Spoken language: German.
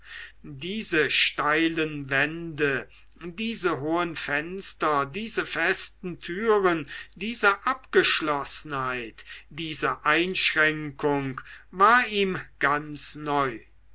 diese steilen wände diese hohen fenster diese festen türen diese abgeschlossenheit diese einschränkung war ihm ganz neu